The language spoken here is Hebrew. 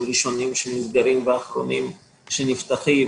הראשונים להיסגר והאחרונים להיפתח.